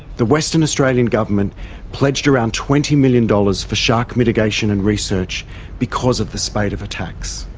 the western australian government pledged around twenty million dollars for shark mitigation and research because of the spate of attacks.